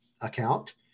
account